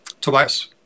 Tobias